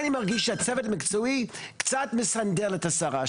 אני מרגיש שהצוות המקצועי קצת מסנדל את השרה,